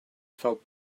felt